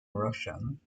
russian